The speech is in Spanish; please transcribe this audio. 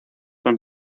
con